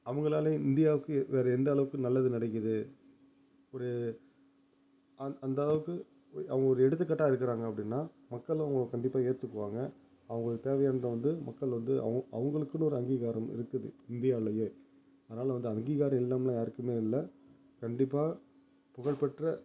அவங்களால இந்தியாவுக்கு வேறு எந்தளவுக்கு நல்லது நடக்குது ஒரு அந் அந்தளவுக்கு அது ஒரு எடுத்துக்கிட்டா இருக்குறாங்க அப்படினா மக்களை இவங்க கண்டிப்பாக ஏற்றுக்குவாங்க அவங்களுக்கு தேவையானதை வந்து மக்கள் வந்து அவு அவங்களுக்குனு ஒரு அங்கீகாரம் இருக்குது இந்தியாவுலையும் அதனால் வந்து அங்கீகாரம் இல்லைனு யாருக்குமே இல்லை கண்டிப்பாக புகழ் பெற்ற